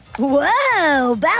Whoa